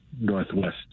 northwest